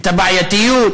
את הבעייתיות,